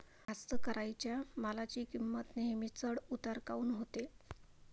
कास्तकाराइच्या मालाची किंमत नेहमी चढ उतार काऊन होते?